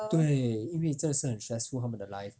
对因为真的是很 stressful 他们的 life